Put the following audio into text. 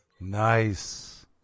Nice